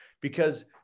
because-